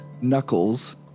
knuckles